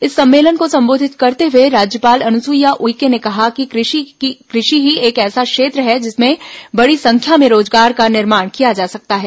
इस सम्मलेन को संबोधित करते हुए राज्यपाल अनुसुईया उइके ने कहा कि कृषि ही एक ऐसा क्षेत्र है जिसमें बड़ी संख्या में रोजगार का निर्माण किया जा सकता है